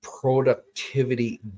productivity